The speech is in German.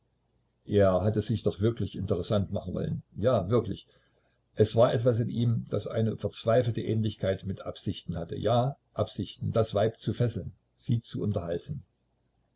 er hatte sich doch wirklich interessant machen wollen ja wirklich es war etwas in ihm das eine verzweifelte ähnlichkeit mit absichten hatte ja absichten das weib zu fesseln sie zu unterhalten